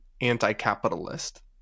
anti-capitalist